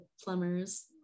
plumbers